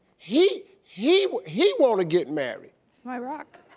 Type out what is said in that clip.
he, he he wanna get married. he's my rock.